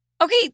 Okay